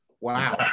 wow